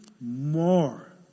more